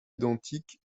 identiques